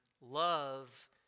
love